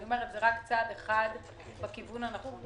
זה רק צעד אחד בכיוון הנכון.